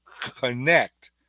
connect